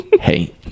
hey